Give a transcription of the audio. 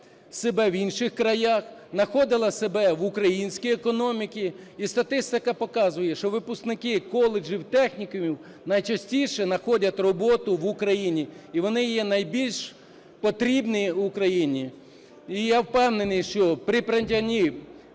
себе в інших краях, находила себе в українській економіці. І статистика показує, що випускники коледжів, технікумів найчастіше знаходять роботу в Україні і вони є найбільш потрібні Україні. І я впевнений, що при прийнятті